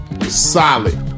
Solid